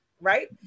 right